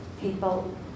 people